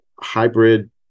hybrid